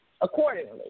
accordingly